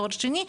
תואר שני,